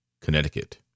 Connecticut